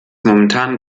momentan